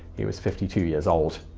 he was fifty two years old.